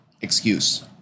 excuse